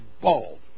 bald